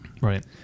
Right